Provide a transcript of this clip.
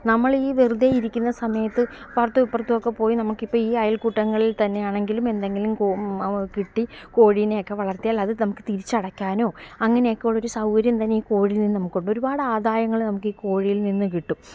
നമ്മളീ വെറുതേയിരിക്കുന്ന സമയത്ത് അപ്പുറത്തും ഇപ്പുറത്തുമൊക്കെ പോയി നമുക്കിപ്പം ഈ അയല്ക്കൂട്ടങ്ങളില് തന്നെ ആണെങ്കിലും എന്തെങ്കിലും കൂ കിട്ടി കോഴീനെയൊക്കെ വളര്ത്തിയാല് അതു നമുക്കു തിരിച്ചടയ്ക്കാനോ അങ്ങനെയൊക്കെ ഉള്ളൊരു സൗകര്യം തന്നെ ഈ കോഴിയില്നിന്നു നമുക്കുണ്ട് ഒരുപാടാദായങ്ങൾ നമുക്കീ കോഴിയില്നിന്നു കിട്ടും